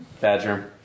Badger